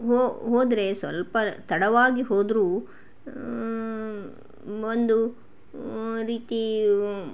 ಹೊ ಹೋದರೆ ಸ್ವಲ್ಪ ತಡವಾಗಿ ಹೋದರೂ ಒಂದು ರೀತಿ